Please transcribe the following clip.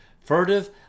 furtive